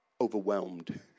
overwhelmed